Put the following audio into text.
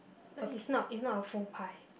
no it's not it's not a full pie